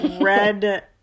red